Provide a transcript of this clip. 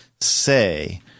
say